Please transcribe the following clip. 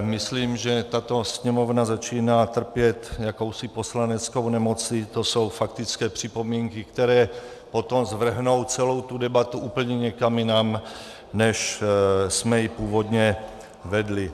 Myslím, že tato Sněmovna začíná trpět jakousi poslaneckou nemocí, to jsou faktické připomínky, které potom zvrhnou celou debatu úplně někam jinam, než jsme ji původně vedli.